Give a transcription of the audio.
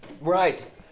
Right